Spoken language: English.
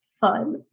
fun